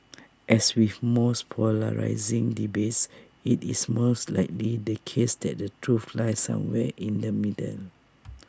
as with most polarising debates IT is most likely the case that the truth lies somewhere in the middle